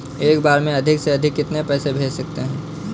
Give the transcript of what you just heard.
एक बार में अधिक से अधिक कितने पैसे भेज सकते हैं?